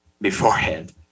beforehand